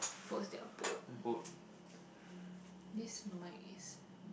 force their bone this mic is